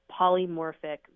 polymorphic